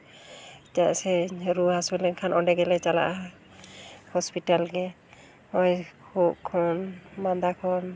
ᱪᱮᱫᱟᱜ ᱥᱮ ᱨᱩᱣᱟᱹ ᱦᱟᱹᱥᱩ ᱞᱮᱱᱠᱷᱟᱱ ᱚᱸᱰᱮ ᱜᱮᱞᱮ ᱪᱟᱞᱟᱜᱼᱟ ᱦᱚᱥᱯᱤᱴᱟᱞ ᱜᱮ ᱳᱭ ᱠᱷᱩᱜ ᱠᱷᱚᱱ ᱢᱟᱸᱫᱟ ᱠᱷᱚᱱ